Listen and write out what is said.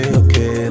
okay